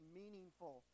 meaningful